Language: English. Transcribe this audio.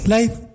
Life